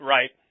Right